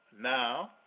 Now